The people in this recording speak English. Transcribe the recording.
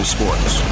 Sports